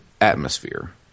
atmosphere